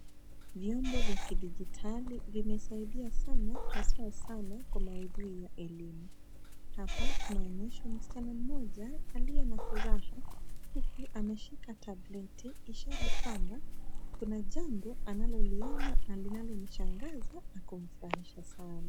Vyombo vya kidijitali vimesaidia sana haswa sana kwa maudhui ya elimu. Hapa tunaonyeshwa msichana mmoja aliye na furaha huku anashika tableti ishara kwamba kuna jambo analoliona na linalomshangaza na kumfurahisha sana.